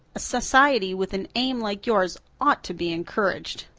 a society with an aim like yours ought to be encouraged.